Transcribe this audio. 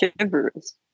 shivers